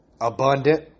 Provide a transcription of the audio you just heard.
abundant